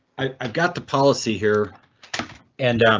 i got the policy here and um.